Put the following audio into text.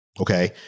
Okay